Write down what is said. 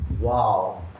Wow